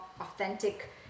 authentic